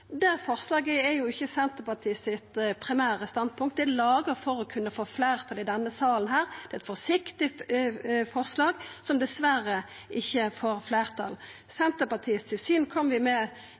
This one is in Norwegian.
Det forslaget er jo ikkje Senterpartiets primære standpunkt, det er laga for å kunna få fleirtal i denne salen. Det er eit forsiktig forslag, som dessverre ikkje får fleirtal. Senterpartiets syn kom vi med